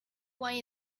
way